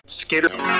Skater